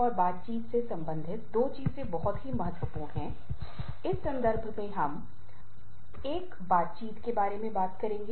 फिर अंत में हम कार्य संतुलन और एकीकरण के बारे में बात करेंगे